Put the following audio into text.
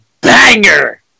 banger